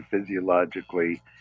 physiologically